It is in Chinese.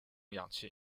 氧气